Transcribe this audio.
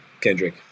Kendrick